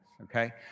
Okay